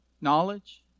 knowledge